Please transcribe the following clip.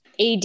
AD